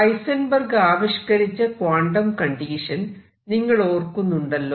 Heisenberg ആവിഷ്കരിച്ച quantum condition നിങ്ങൾ ഓർക്കുന്നുണ്ടല്ലോ